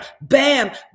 bam